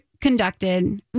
conducted